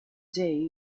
day